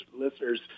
listeners